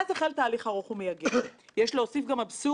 גפני לא נמצא כאן אבל דיברנו על כך עשרות פעמים.